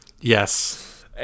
Yes